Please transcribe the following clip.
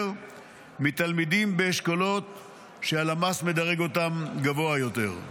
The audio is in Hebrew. מתלמידים באשכולות שהלמ"ס מדרג אותם גבוה יותר.